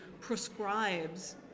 prescribes